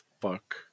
fuck